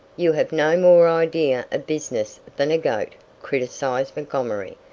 you have no more idea of business than a goat, criticised montgomery,